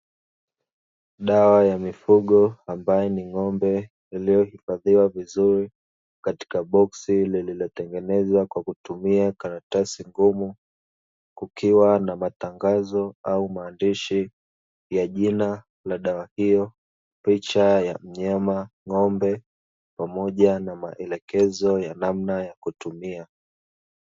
Dawa ya mifugo ya ng'ombe iliyohifadhiwa vizuri katika boksi lililotengenezwa kwa kutumia karatasi ngumu, kukiwa na matangazo au maandishi ya jina la dawa hiyo, picha ya mnyama ng'ombe pamoja na maelekezo ya namna ya kutumia.